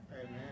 Amen